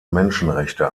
menschenrechte